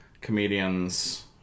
comedians